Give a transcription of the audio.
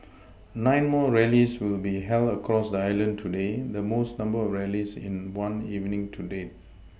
nine more rallies will be held across the island today the most number of rallies in one evening to date